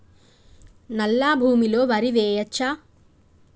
నల్లా భూమి లో వరి వేయచ్చా?